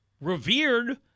revered